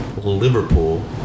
Liverpool